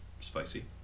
spicy